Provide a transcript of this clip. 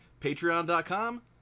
patreon.com